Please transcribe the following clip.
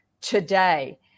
today